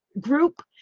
group